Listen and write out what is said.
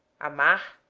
amar,